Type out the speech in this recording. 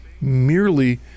merely